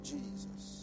Jesus